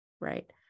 right